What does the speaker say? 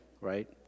right